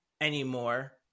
anymore